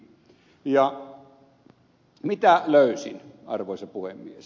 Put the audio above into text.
ja mitä löysin arvoisa puhemies